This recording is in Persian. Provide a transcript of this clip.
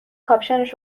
کاپشنش